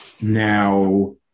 now